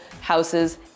houses